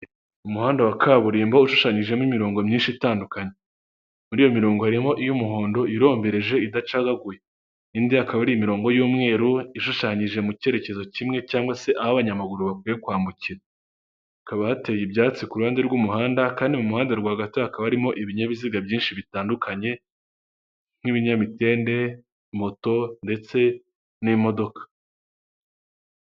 Umuhanda wa kaburimbo ushushanyijemo imirongo myinshi itandukanye muri iyo mirongo harimo iy'umuhondo irombereje idacagaguye, indi akaba ari imirongo y'umweru ishushanyije mu cyerekezo kimwe cyangwa se aho abanyamaguru bakwiye kwambukira, hakaba hateye ibyatsi kuruhande rw'umuhanda kandi mu muhanda rwagati hakaba harimo ibinyabiziga byinshi bitandukanye nk'ibinyamitende moto ndetse n'imodoka.